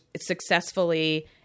successfully